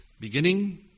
beginning